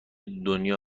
دنیا